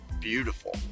beautiful